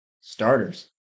starters